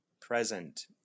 present